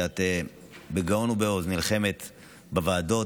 בגאון ובעוז נלחמת בוועדות,